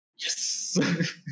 yes